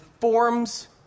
forms